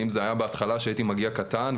אם זה היה בהתחלה שהייתי מגיע קטן,